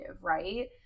right